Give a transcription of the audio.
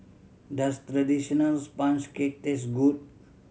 does traditional sponge cake taste good